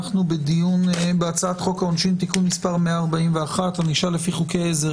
אנחנו בדיון בהצעת חוק העונשין (תיקון מס' 141) (ענישה לפי חוקי עזר),